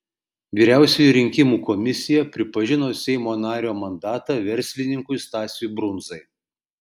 vyriausioji rinkimų komisija pripažino seimo nario mandatą verslininkui stasiui brundzai